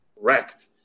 Wrecked